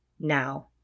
now